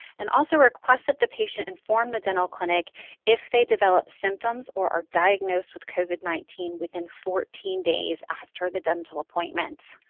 and also request that the patient inform the dental clinic if they develop symptoms or are diagnosed with covid nineteen within fourteen days after the dental appointment.